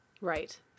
Right